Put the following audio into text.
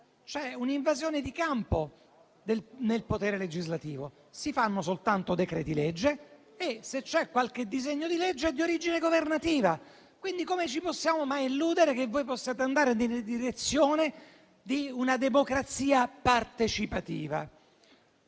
c'è un'invasione di campo nel potere legislativo: si fanno soltanto decreti-legge e se c'è qualche disegno di legge è di origine governativa, quindi come ci possiamo mai illudere che voi possiate andare nella direzione di una democrazia partecipativa?